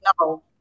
no